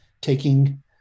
taking